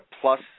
plus